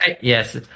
yes